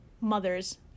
mothers